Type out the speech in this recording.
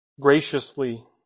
graciously